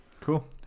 cool